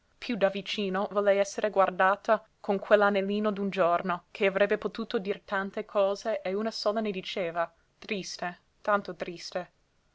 volto piú davvicino volle esser guardata con quell'anellino d'un giorno che avrebbe potuto dir tante cose e una sola ne diceva triste tanto triste